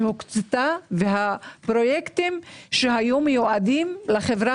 שהוקצתה והפרויקטים שהיו מיועדים לחברה